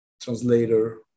translator